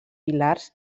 pilars